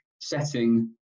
setting